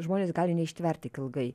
žmonės gali neištvert tiek ilgai